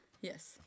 Yes